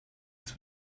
its